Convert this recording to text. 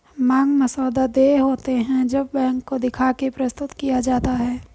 मांग मसौदा देय होते हैं जब बैंक को दिखा के प्रस्तुत किया जाता है